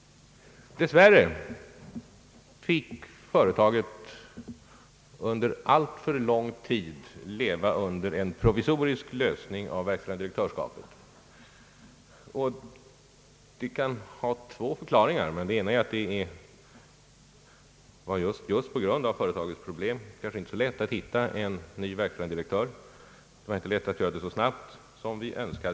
Dessvärre fick företaget under alltför lång tid leva under en provisorisk lösning av denna fråga. Det kan finnas två förklaringar till detta. Den ena är att det just på grund av företagets problem inte var så lätt att hitta en ny verkställande direktör, och det var inte lätt att göra det så snabbt som vi önskade.